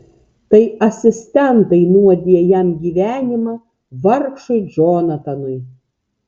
tai asistentai nuodija jam gyvenimą vargšui džonatanui